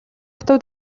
хатуу